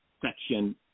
Section